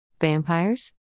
Vampires